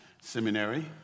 seminary